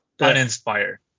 Uninspired